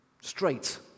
straight